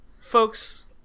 folks